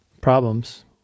problems